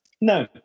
No